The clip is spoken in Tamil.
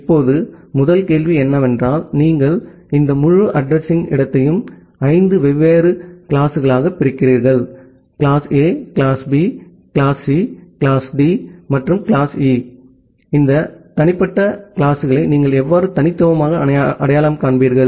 இப்போது முதல் கேள்வி என்னவென்றால் நீங்கள் இந்த முழு அட்ரஸிங் இடத்தையும் ஐந்து வெவ்வேறு கிளாஸ்களாகப் பிரிக்கிறீர்கள் class A class B class C class D மற்றும் கிளாஸ் E இந்த தனிப்பட்ட கிளாஸ்களை நீங்கள் எவ்வாறு தனித்துவமாக அடையாளம் காண்பீர்கள்